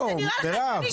מירב, את לא במקהלה.